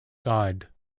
god